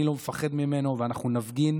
אני לא מפחד ממנו, ואנחנו נפגין